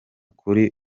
kuri